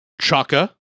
Chaka